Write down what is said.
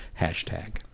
Hashtag